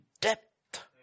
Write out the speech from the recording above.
depth